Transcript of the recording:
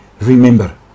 remember